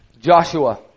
Joshua